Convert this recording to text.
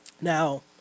Now